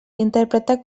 interpretar